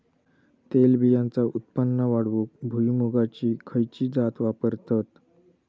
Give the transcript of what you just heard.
तेलबियांचा उत्पन्न वाढवूक भुईमूगाची खयची जात वापरतत?